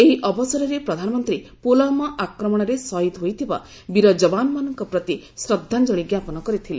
ଏହି ଅବସରରେ ପ୍ରଧାନମନ୍ତ୍ରୀ ପୁଲ୍ୱାମା ଆକ୍ରମଣରେ ଶହୀଦ୍ ହୋଇଥିବା ବୀର ଯବାନମାନଙ୍କ ପ୍ରତି ଶ୍ରଦ୍ଧାଞ୍ଞଳି ଜ୍ଞାପନ କରିଥିଲେ